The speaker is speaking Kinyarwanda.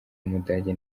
w’umudage